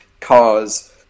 cars